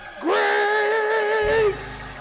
grace